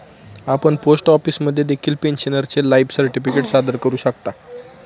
आपण पोस्ट ऑफिसमध्ये देखील पेन्शनरचे लाईफ सर्टिफिकेट सादर करू शकता